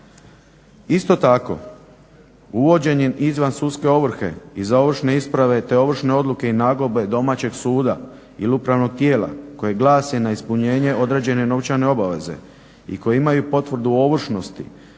Isto tako uvođenjem izvansudske ovrhe i za ovršne isprave te ovršne odluke i nagodbe domaćeg suda ili upravnog tijela koje glasi na ispunjenje određene novčane obaveze i koji imaju potvrdu o ovršnosti